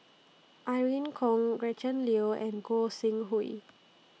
Irene Khong Gretchen Liu and Gog Sing Hooi